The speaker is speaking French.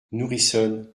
nourrissonne